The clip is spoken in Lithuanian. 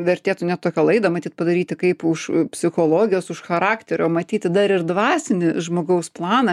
vertėtų net tokią laidą matyt padaryti kaip už psichologijos už charakterio matyti dar ir dvasinį žmogaus planą